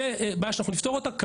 זו בעיה שאנחנו נפתור אותה.